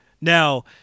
Now